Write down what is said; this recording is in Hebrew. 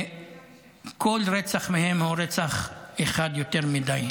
וכל רצח מהם הוא רצח אחד יותר מדי.